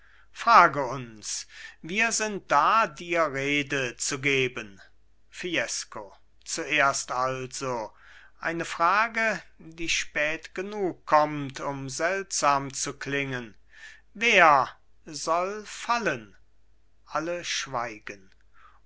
frage uns wir sind da dir rede zu geben fiesco zuerst also eine frage die spät genug kommt um seltsam zu klingen wer soll fallen alle schweigen